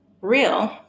real